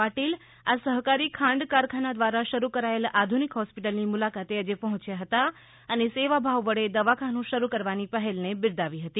પાટિલ આ સહકારી ખાંડ કારખાના દ્વારા શરૂ કરાયેલ આધુનિક હોસ્પિટલની મુલાકાતે આજે પહોંચ્યા હતા અને સેવાભાવ વડે દવાખાનું શરૂ કરવાની પહેલને બિરદાવી હતી